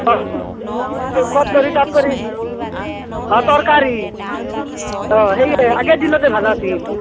অ' সেই খোৱাত কৰি তাত কৰি অ' তৰকাৰী অ' সেইয়ে আগৰ দিনতে ভাল আছিল